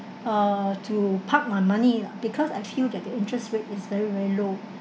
uh to park my money lah because I feel that the interest rate is very very low